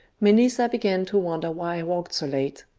melissa began to wonder why i walked so late.